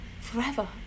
forever